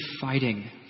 fighting